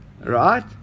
right